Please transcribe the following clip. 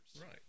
Right